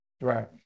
right